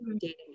dating